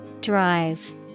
Drive